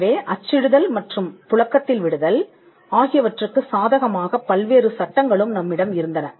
எனவே அச்சிடுதல் மற்றும் புழக்கத்தில் விடுதல் ஆகியவற்றுக்கு சாதகமாக பல்வேறு சட்டங்களும் நம்மிடம் இருந்தன